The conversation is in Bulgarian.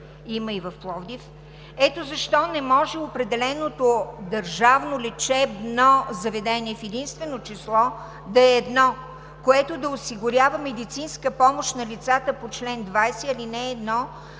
има и в Пловдив.